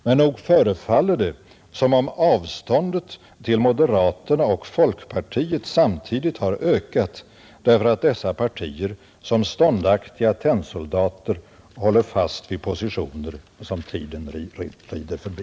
Men nog förefaller det som om avståndet till moderaterna och folkpartiet samtidigt har ökat, därför att dessa partier som ståndaktiga tennsoldater håller fast vid positioner som tiden ridit förbi.